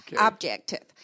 objective